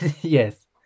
Yes